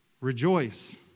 Rejoice